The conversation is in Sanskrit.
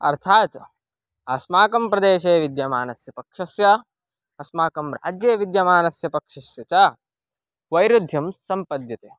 अर्थात् अस्माकं प्रदेशे विद्यमानस्य पक्षस्य अस्माकं राज्ये विद्यमानस्य पक्षस्य च वैरुध्यं सम्पद्यते